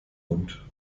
mund